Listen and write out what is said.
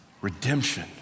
redemption